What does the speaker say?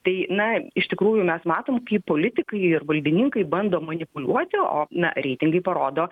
tai na iš tikrųjų mes matom kaip politikai ir valdininkai bando manipuliuoti o na reitingai parodo